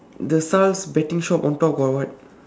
the tsar's betting shop on top got what